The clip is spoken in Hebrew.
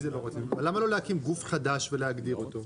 למה לא להקים גוף חדש ולהגדיר אותו?